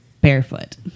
barefoot